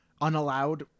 unallowed